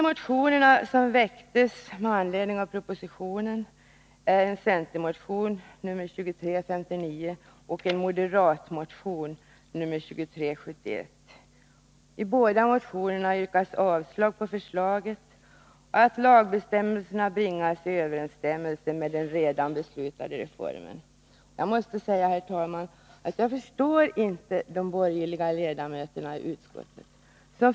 Med anledning av propositionen har väckts två motioner, en centermotion Jag måste säga, herr talman, att jag inte förstår de borgerliga ledamöterna i utskottet.